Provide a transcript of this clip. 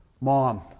Mom